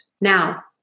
Now